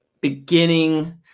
Beginning